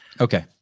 Okay